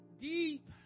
Deep